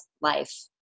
life